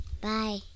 Bye